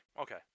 Okay